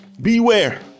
Beware